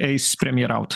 eis premjeraut